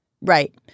Right